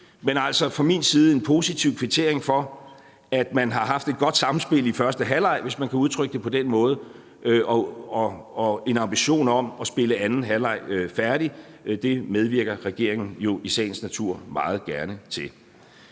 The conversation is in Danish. Men altså, fra min side er der en positiv kvittering for, at man har haft et godt samspil i første halvleg, hvis man kan udtrykke det på den måde, og en ambition om at spille anden halvleg færdig. Det medvirker regeringen jo i sagens natur meget gerne til.